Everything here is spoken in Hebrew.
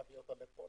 להביא אותה לפה,